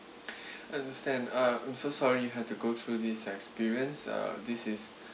I understand uh I'm so sorry you had to go through this experience uh this is